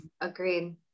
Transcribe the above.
Agreed